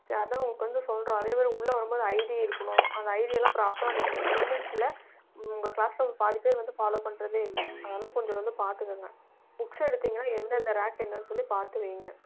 அதான் உங்களுக்கு வந்து சொல்கிறேன் அதேமாதிரி உள்ளே வரும்போது ஐடி இருக்கணும் அந்த ஐடியெல்லாம் ப்ராப்பராக நீங்கள் இல்லைன்ட்டு இல்லை உங்கள் க்ளாஸில் பாதிப்பேர் வந்துவிட்டு ஃபாலோவ் பண்ணுறதே இல்லை அதெல்லாம் கொஞ்சம் வந்து பார்த்துக்கங்க புக்ஸ் எடுத்திங்கன்னா எந்தந்த ரேக் எங்கேன்னு சொல்லி பார்த்து வையுங்க